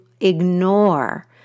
ignore